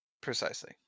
precisely